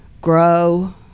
grow